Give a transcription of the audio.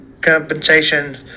compensation